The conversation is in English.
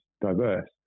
diverse